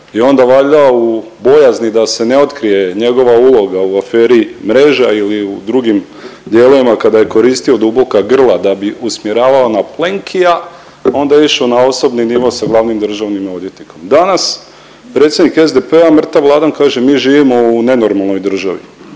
i onda valjda u bojazni da se ne otkrije njegova uloga u aferi Mreža ili u drugim dijelovima kada je koristio duboka grla da bi usmjeravao na Plenkija onda je išao na osobni nivo sa glavnim državnim odvjetnikom. Danas predsjednik SDP-a mrtav ladan kaže mi živimo u nenormalnoj državi.